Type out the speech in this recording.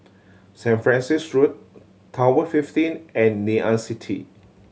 Saint Francis Road Tower Fifteen and Ngee Ann City